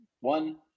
One